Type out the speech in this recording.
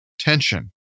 tension